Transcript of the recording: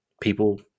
people